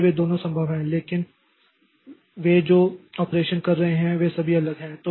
इसलिए वे दोनों संभव हैं लेकिन वे जो ऑपरेशन कर रहे हैं वे सभी अलग हैं